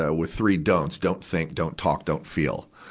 ah with three don'ts don't think, don't talk, don't feel.